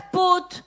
put